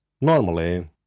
Normally